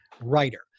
writer